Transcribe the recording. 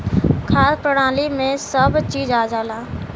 खाद्य प्रणाली में सब चीज आ जाला